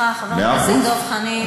סליחה, חבר הכנסת דב חנין.